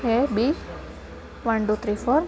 A B one two three four